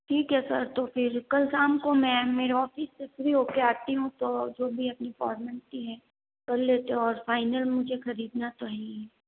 ठीक है सर तो फिर कल शाम को मैं मेरे ऑफिस से फ्री होके आती हूँ तो जो भी अपनी फॉर्मेलिटी है कर लेते है और फाइनल मुझे खरीदना तो है ही